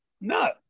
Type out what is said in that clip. No